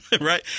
Right